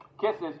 Kisses